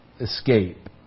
escape